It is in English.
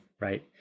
Right